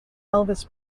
elvis